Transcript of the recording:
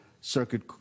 Circuit